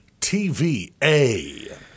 TVA